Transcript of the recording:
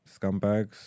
Scumbags